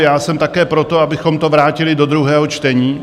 Já jsem také pro to, abychom to vrátili do druhého čtení.